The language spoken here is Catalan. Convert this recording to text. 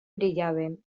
brillaven